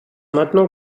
maintenant